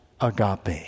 agape